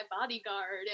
bodyguard